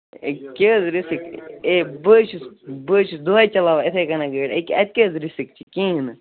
A کیٛاہ حظ رِسِک اے بہٕ حظ چھُس بہٕ حظ چھُس دۄہَے چلاوان یِتھَے کٔنٮ۪تھ گٲڑۍ أکیٛاہ اَتہِ کیٛاہ حظ رِسِک چھِ کِہیٖنۍ نہٕ